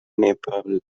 nepal